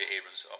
Abrams